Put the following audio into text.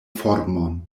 formon